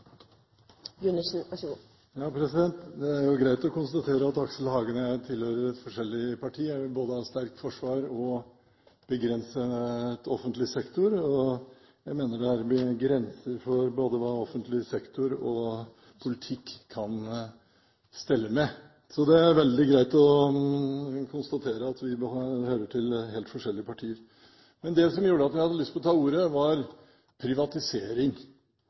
både ha sterkt forsvar og begrense offentlig sektor, og jeg mener det er grenser for hva både offentlig sektor og politikk kan stelle med. Så det er veldig greit å konstatere at vi hører til helt forskjellige partier. Men det som gjorde at jeg hadde lyst til å ta ordet, var privatisering.